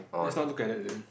let's not look at that then